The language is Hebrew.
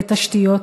לתשתיות,